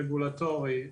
רגולטורי,